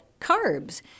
carbs